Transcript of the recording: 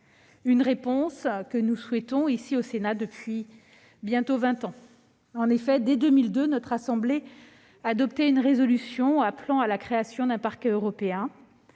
Cette réponse, nous la souhaitons, ici, au Sénat, depuis vingt ans bientôt ... En effet, dès 2002, notre assemblée adoptait une résolution appelant à la création d'un parquet européen.